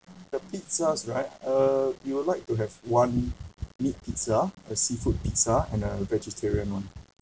the pizzas right uh we would like to have one meat pizza a seafood pizza and a vegetarian [one]